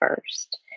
first